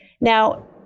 Now